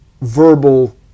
verbal